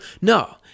No